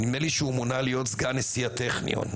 מונה להיות משנה לנשיא הטכניון,